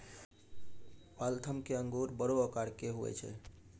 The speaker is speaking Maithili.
वाल्थम के अंगूर बड़ो आकार के हुवै छै